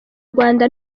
rwanda